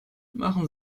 machen